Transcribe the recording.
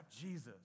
Jesus